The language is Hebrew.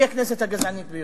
שהיא הכנסת הגזענית ביותר?